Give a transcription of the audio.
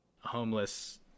homeless